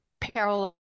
parallel